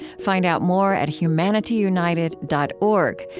find out more at humanityunited dot org,